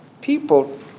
people